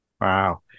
Wow